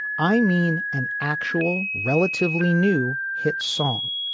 i mean an actual relatively new hit song.